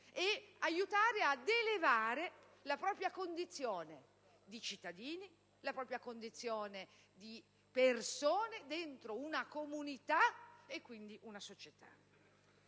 e aiutare ad elevare la propria condizione di cittadino e di persona dentro una comunità e quindi una società.